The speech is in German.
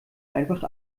einfach